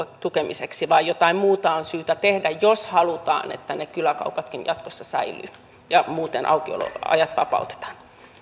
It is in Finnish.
tukemiseksi vaan jotain muuta on syytä tehdä jos halutaan että ne kyläkaupatkin jatkossa säilyvät ja muuten aukioloajat vapautetaan